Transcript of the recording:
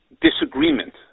disagreement